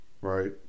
Right